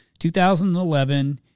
2011